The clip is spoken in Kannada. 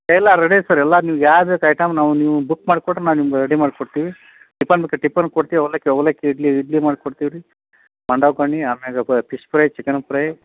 ಎಲ್ಲ ರೆಡಿ ಸರ್ ಎಲ್ಲ ನಿಮ್ಗೆ ಯಾವ್ದು ಬೇಕು ಐಟಮ್ ನಾವು ನೀವು ಬುಕ್ ಮಾಡ್ಕೊಟ್ರೆ ನಾವು ನಿಮ್ಗೆ ರೆಡಿ ಮಾಡಿಕೊಡ್ತೀವಿ ಟಿಪನ್ ಬೇಕಾ ಟಿಪನ್ ಕೊಡ್ತೀವಿ ಅವಲಕ್ಕಿ ಅವಲಕ್ಕಿ ಇಡ್ಲಿ ಇಡ್ಲಿ ಮಾಡ್ಕೊಡ್ತೀವಿ ರೀ ಆಮೇಲೆ ಫಿಶ್ ಫ್ರೈ ಚಿಕನ್ ಫ್ರೈ